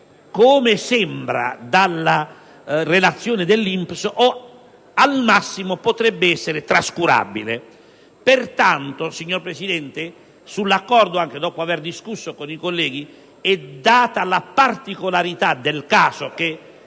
come sembra dalla relazione dell'INPS - o al massimo potrebbe essere trascurabile. Pertanto, signor Presidente, dopo aver discusso con i colleghi e data la particolarità del caso che